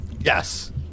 yes